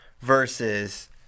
versus